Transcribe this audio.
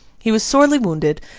he was sorely wounded,